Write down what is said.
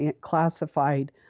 classified